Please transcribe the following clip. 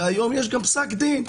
היום יש גם פסק דין,